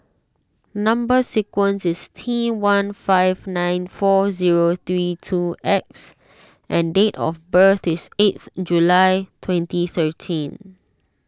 Number Sequence is T one five nine four zero three two X and date of birth is eighth July twenty thirteen